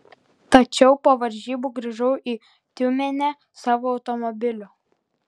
tačiau po varžybų grįžau į tiumenę savo automobiliu